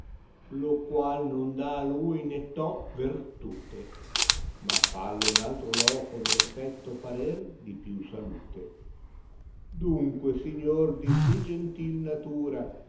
lo qual non dà a lui ne to tertute ma fallo in altro loco neil effetto parer di più salute dunque signor di sì gentil natura